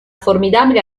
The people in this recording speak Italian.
formidabile